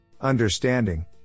Understanding